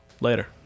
Later